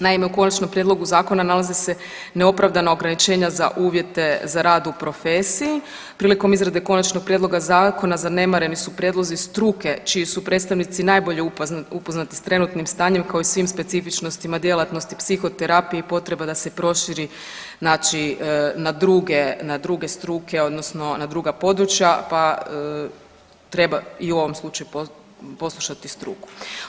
Naime, u konačnom prijedlogu zakona nalaze se neopravdano ograničenja za uvjete za rad u profesiji, prilikom izrade končanog prijedloga zakona zanemareni su prijedlozi struke čiji su predstavnici najbolje upoznati s trenutnim stanjem, kao i svim specifičnostima djelatnosti psihoterapije i potreba da se proširi znači na druge struke, odnosno na druga područja, pa treba i u ovom slučaju poslušati struku.